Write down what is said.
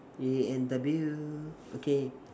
A N W okay